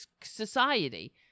society